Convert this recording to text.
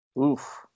Oof